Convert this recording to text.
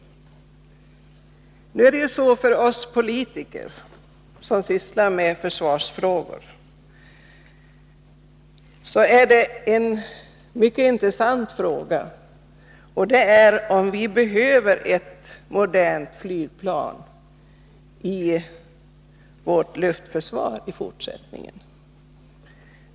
En för oss politiker som sysslar med försvarsfrågor mycket intressant fråga är om vi behöver ett modernt flygplan i vårt luftförsvar i fortsättningen.